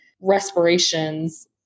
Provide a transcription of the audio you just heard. respirations